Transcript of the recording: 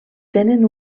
tenen